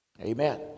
Amen